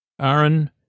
Aaron